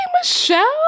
Michelle